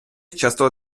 часто